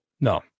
No